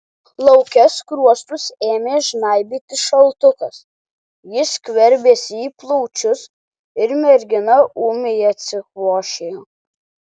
lauke skruostus ėmė žnaibyti šaltukas jis skverbėsi į plaučius ir mergina ūmiai atsikvošėjo